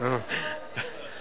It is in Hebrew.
אוספת את הדמעות עליכם.